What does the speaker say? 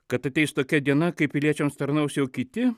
kad ateis tokia diena kai piliečiams tarnaus jau kiti